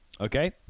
Okay